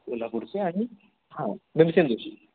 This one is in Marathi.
कोल्हापूरचे आणि हां भीमसेन जोशी